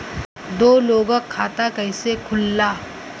दो लोगक खाता कइसे खुल्ला?